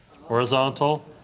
horizontal